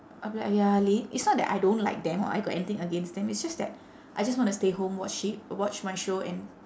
I'll be like !aiya! la~ it's not that I don't like them or I got anything against them it's just that I just wanna stay home watch shi~ watch my show and